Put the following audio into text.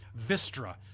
Vistra